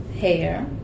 hair